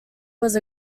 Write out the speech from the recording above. was